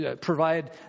provide